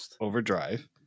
Overdrive